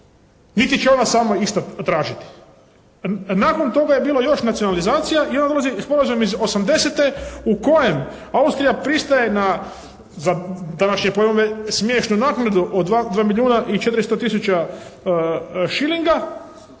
niti će ih ona sama išta tražiti. Nakon toga je bila još nacionalizacija i onda dolazi sporazum iz '80. u kojem Austrija pristaje na za današnje pojmove smiješnu naknadu od 2 milijuna i 400 tisuća šilinga